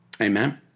Amen